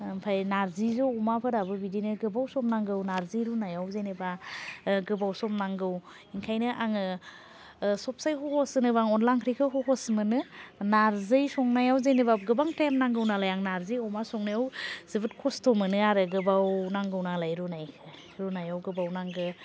ओमफ्राय नार्जिजों अमाफोराबो बिदिनो गोबाव सम नांगौ नार्जि रुनायाव जेनेबा गोबाव सम नांगौ ओंखायनो आङो सबसे हहस होनोबा आं अन्ला ओंख्रिखौ हहस मोनो नार्जि संनायाव जेनेबा गोबाव थाइम नांगौ नालाय आं नार्जि अमा संनायाव जोबोद खस्थ' मोनो आरो गोबाव नांगौ नालाय रुनाय रुनायाव गोबाव नांगौ